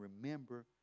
remember